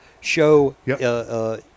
show